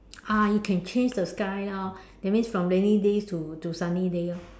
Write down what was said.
ah you can change the sky lor that means from rainy day to to sunny day orh